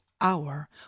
hour